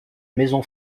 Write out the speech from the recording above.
maison